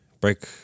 break